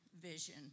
vision